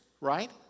right